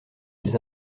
ils